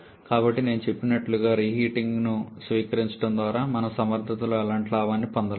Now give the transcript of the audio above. కానీ నేను చెప్పినట్లుగా రీహీటింగ్ను స్వీకరించడం ద్వారా మనం సమర్థతలో ఎలాంటి లాభం పొందలేము